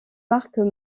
marques